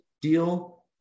deal